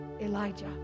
elijah